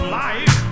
life